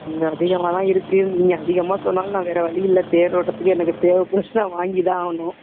கொஞ்ச அதிகமாக தான் இருக்கு நீங்கள் அதிகமாக சொன்னாலும் நான் வேறு வழியில்லை தேரோட்டத்துக்கு எனக்கு தேவைப்படுது நான் வாங்கி தான் ஆகணும்